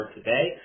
today